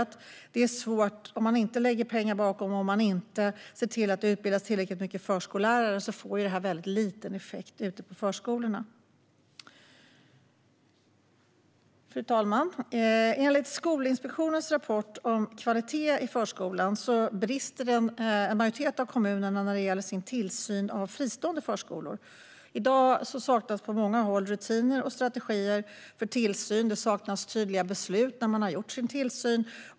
Om man inte lägger pengar bakom och om man inte ser till att det utbildas tillräckligt många förskollärare får ju detta väldigt liten effekt ute på förskolorna. Fru talman! Enligt Skolinspektionens rapport om kvalitet i förskolan brister en majoritet av kommunerna när det gäller tillsyn av fristående förskolor. I dag saknas det på många håll rutiner och strategier för tillsyn. Det saknas tydliga beslut när man har gjort sin tillsyn.